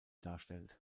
darstellt